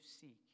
seek